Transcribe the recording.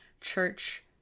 church